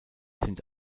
sind